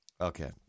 Okay